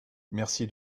merci